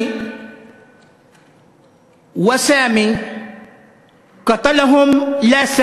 (אומר בערבית ומתרגם לעברית:)